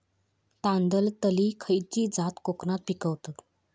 तांदलतली खयची जात कोकणात पिकवतत?